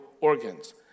organs